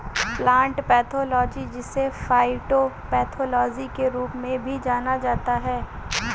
plant pathology जिसे फाइटोपैथोलॉजी के रूप में भी जाना जाता है